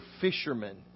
fishermen